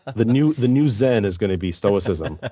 the new the new zen is going to be stoicism.